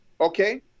okay